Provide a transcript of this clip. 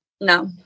No